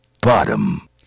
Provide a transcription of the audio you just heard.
Bottom